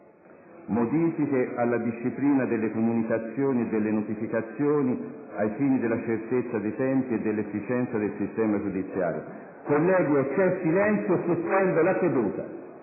modifiche alla disciplina delle comunicazioni e delle notificazioni ai fini della certezza dei tempi e dell'efficienza del sistema giudiziario. *(Brusìo)*. Colleghi, o c'è silenzio in Aula o sospendo la seduta.